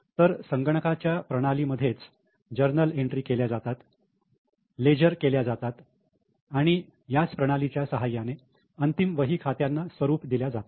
तर संगणकाच्या प्रणाली मध्येच जर्नल एंट्री केल्या जातात लेजर केल्या जातात आणि याच प्रणालीच्या सहाय्याने अंतिम वही खात्यांना स्वरूप दिल्या जाते